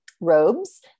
robes